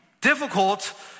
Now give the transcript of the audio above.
difficult